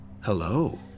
Hello